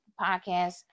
podcast